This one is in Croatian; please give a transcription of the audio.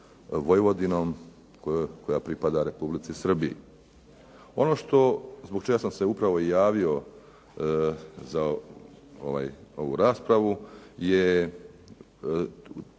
Vojvodinom koja pripada Republici Srbiji. Ono što zbog čega sam se upravo i javio za ovu raspravu je